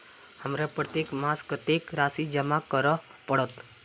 हमरा प्रत्येक मास कत्तेक राशि जमा करऽ पड़त?